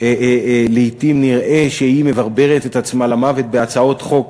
שהכנסת לעתים נראה שהיא מברברת את עצמה למוות בהצעות חוק